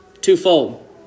twofold